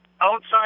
outside